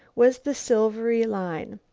was the silvery line.